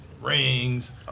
rings